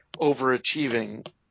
overachieving